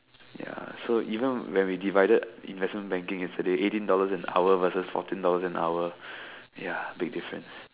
ya so even when we divided investment banking yesterday eighteen dollars an hour versus fourteen dollars an hour ya big difference